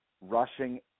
rushing